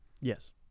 Yes